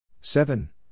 seven